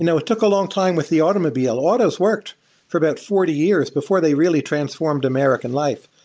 you know it took a longtime with the automobiles. autos worked for about forty years before they really transformed american life,